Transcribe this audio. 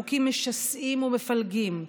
חוקים משסעים ומפלגים,